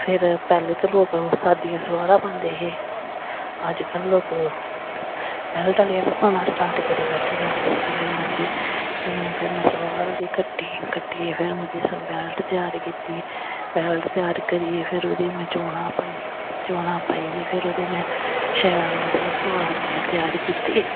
फिर पैह्लैं ते लोग सादियां सलवारां पांदे हे अजकल्ल लोक बैल्ट आह्लियां बी पाना स्टार्ट करी बैठे न ते फिर में उस्सी फिर में सलवार ओह्दी कट्टी कट्टियै फिर ओह्दी में त्यार कीती बैल्ट त्यार करियै फिर ओह्दी में चोनां पाइयां चोनां पाइयै फिर में ओह्दी शैल मतलब सलवार जिल्लै में त्यार कीती